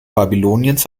babyloniens